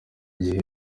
gihe